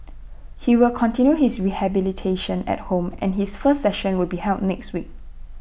he will continue his rehabilitation at home and his first session will be held next week